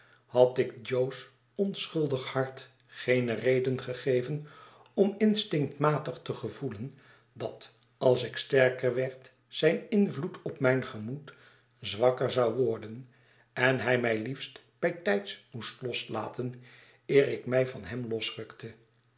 had ik jo's onschuldig hart geene reden gegeven om instinctmatig te gevoelen dat als ik sterker werd zijn invloed op mijn gemoed zwakker zou word en en hij mij liefst bijtjjds moest loslaten eer ik mij van hem losrukte